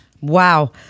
wow